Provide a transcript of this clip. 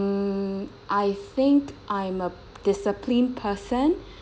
um I think I'm a disciplined person